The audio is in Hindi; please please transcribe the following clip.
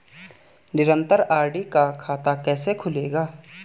निरन्तर आर.डी का खाता कैसे खुलेगा?